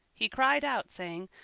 he cried out, saying,